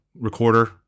recorder